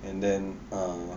and then um